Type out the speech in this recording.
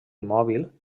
mòbil